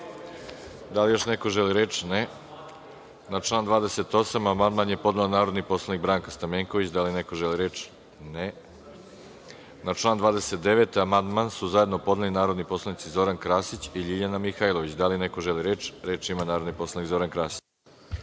li još neko želi reč? (Ne)Na član 28. amandman je podnela narodni poslanik Branka Stamenković. Da li neko želi reč? (Ne)Na član 29. amandman su zajedno podneli narodni poslanici Zoran Krasić i LJiljana Mihajilović. Da li neko želi reč? Reč ima narodni poslanik Zoran Krasić.